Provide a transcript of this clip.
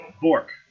Bork